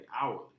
hourly